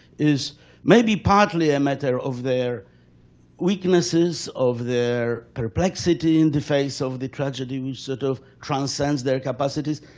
is maybe partly a matter of their weaknesses, of their perplexity in the face of the tragedy which sort of transcends their capacities.